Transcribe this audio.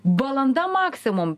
valanda maksimum